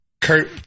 Kurt